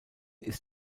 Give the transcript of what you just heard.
ist